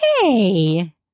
Hey